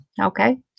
Okay